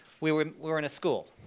we were we were in a school.